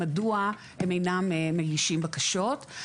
מדוע הם אינם מגישים בקשות.